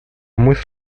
мысль